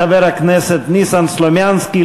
חבר הכנסת ניסן סלומינסקי,